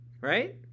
right